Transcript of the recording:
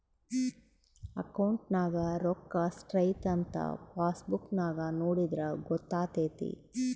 ಅಕೌಂಟ್ನಗ ರೋಕ್ಕಾ ಸ್ಟ್ರೈಥಂಥ ಪಾಸ್ಬುಕ್ ನಾಗ ನೋಡಿದ್ರೆ ಗೊತ್ತಾತೆತೆ